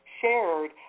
shared